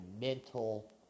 mental